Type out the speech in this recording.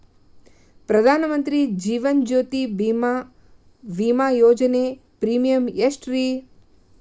ಪ್ರಧಾನ ಮಂತ್ರಿ ಜೇವನ ಜ್ಯೋತಿ ಭೇಮಾ, ವಿಮಾ ಯೋಜನೆ ಪ್ರೇಮಿಯಂ ಎಷ್ಟ್ರಿ?